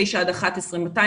תשע עד 11 205,